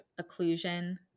occlusion